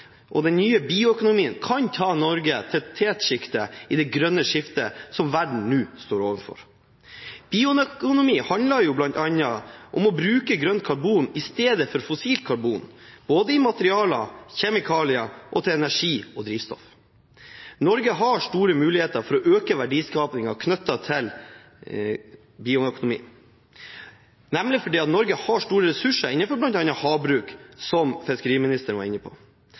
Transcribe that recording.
og den nye bioøkonomien kan ta Norge til tetsjiktet i det grønne skiftet som verden nå står overfor. Bioøkonomi handler jo bl.a. om å bruke grønt karbon i stedet for fossilt karbon både i materialer, i kjemikalier og til energi og drivstoff. Norge har store muligheter for å øke verdiskapingen knyttet til bioøkonomi, for Norge har nemlig store ressurser innenfor bl.a. havbruk, som fiskeriministeren var inne på.